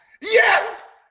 Yes